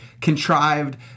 contrived